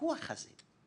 בוויכוח הזה.